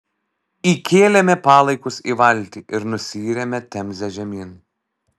įkėlėme palaikus į valtį ir nusiyrėme temze žemyn